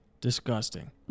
disgusting